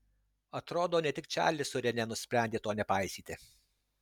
atrodo ne tik čarlis su rene nusprendė to nepaisyti